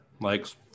likes